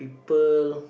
people